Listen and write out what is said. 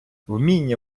вміння